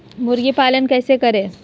मुर्गी पालन कैसे करें?